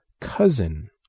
Cousin